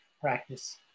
practice